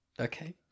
Okay